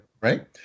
Right